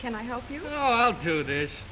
can i help you out to this